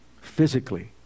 Physically